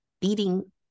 beating